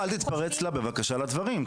אל תתפרץ לה בבקשה לדברים,